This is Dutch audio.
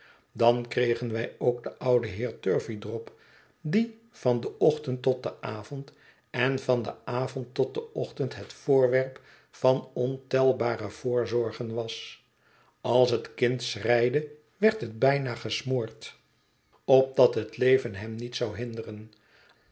dan kregen wij ook den ouden heer turveydrop die van den ochtend tot den avond en van den avond tot den ochtend het voorwerp van ontelbare voorzorgen was als het kind schreide werd het bijna gesmoord opdat het leven hem niet zou hinderen